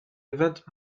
event